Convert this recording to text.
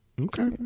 Okay